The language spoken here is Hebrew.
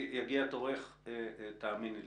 אירית, יגיע תורך, תאמיני לי.